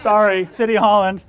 sorry city hall and